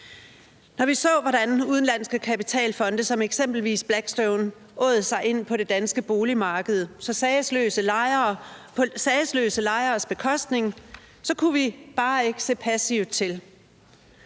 Når vi så, hvordan udenlandske kapitalfonde som eksempelvis Blackstone åd sig ind på det danske boligmarked på sagesløse lejeres bekostning, kunne vi bare ikke se passivt til.